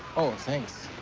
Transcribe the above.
oh, thanks.